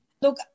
Look